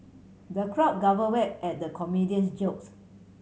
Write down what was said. the crowd guffaw at the comedian's jokes